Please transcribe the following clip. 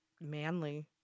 manly